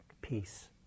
peace